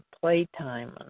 playtime